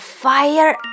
fire